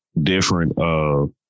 different